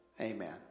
Amen